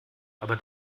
aber